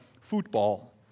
football